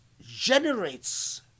generates